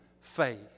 faith